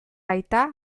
aita